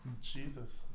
Jesus